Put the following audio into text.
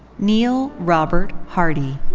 neil robert hardy,